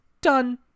Done